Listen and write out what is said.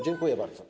Dziękuję bardzo.